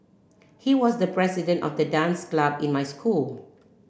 he was the president of the dance club in my school